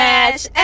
Match